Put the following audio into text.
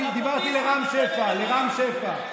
אני דיברתי אל רם שפע, אל רם שפע.